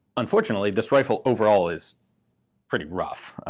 unfortunately, this rifle overall is pretty rough.